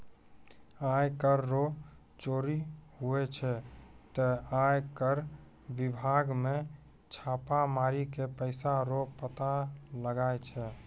आय कर रो चोरी हुवै छै ते आय कर बिभाग मे छापा मारी के पैसा रो पता लगाय छै